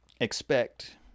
expect